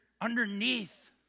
Underneath